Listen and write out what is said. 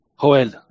Joel